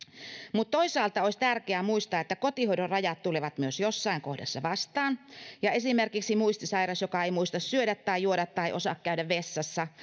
toisaalta olisi tärkeää muistaa että kotihoidon rajat tulevat myös jossain kohdassa vastaan ja esimerkiksi muistisairas joka ei muista syödä tai juoda tai osaa käydä vessassa